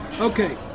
Okay